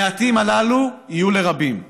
המעטים הללו יהיו לרבים,